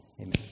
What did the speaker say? amen